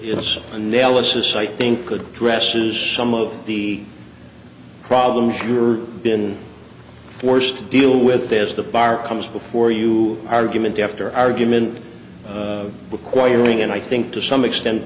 its analysis i think could dresses some of the problems you're been forced to deal with as the bar comes before you argument after argument requiring and i think to some extent